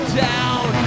down